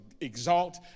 exalt